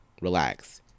relax